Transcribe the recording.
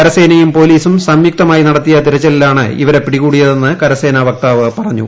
കരസേനയും പൊലീസും സംയുക്തമായി നടത്തിയ തെരച്ചിലിലാണ് ഇവരെ പിടികൂടിയതെന്ന് കരസേന വക്താവ് പറഞ്ഞു